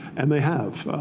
and they have.